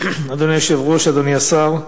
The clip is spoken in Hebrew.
אדוני היושב-ראש, אדוני השר,